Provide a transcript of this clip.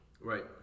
Right